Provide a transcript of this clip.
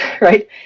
right